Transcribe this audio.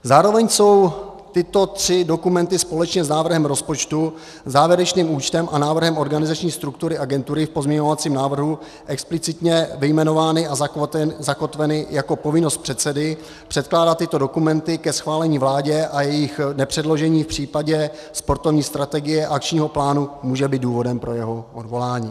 Zároveň jsou tyto tři dokumenty společně s návrhem rozpočtu, závěrečným účtem a návrhem organizační struktury agentury v pozměňovacím návrhu explicitně vyjmenovány a zakotveny jako povinnost předsedy předkládat tyto dokumenty ke schválení vládě a jejich nepředložení v případě sportovní strategie a akčního plánu může být důvodem pro jeho odvolání.